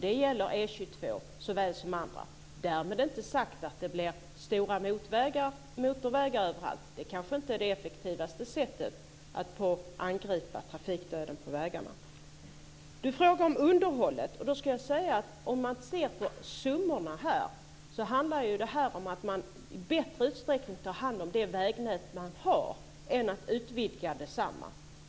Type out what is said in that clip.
Det gäller E 22 såväl som andra vägar. Därmed inte sagt att det blir stora motorvägar överallt. Det kanske inte är det effektivaste sättet att angripa trafikdöden på vägarna. Johnny Gylling frågar om underhållet. Om vi ser på summorna här handlar det om att man i större utsträckning ska ta hand om det vägnät man har än utvidga detsamma.